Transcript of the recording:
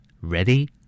Ready